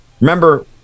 Remember